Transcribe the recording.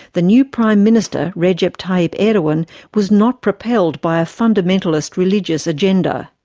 the new prime minister, recep tayyip erdogan, was not propelled by a fundamentalist religious agenda.